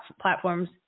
platforms